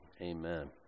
Amen